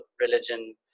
religion